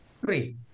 Three